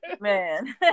Man